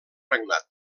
regnat